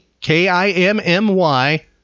K-I-M-M-Y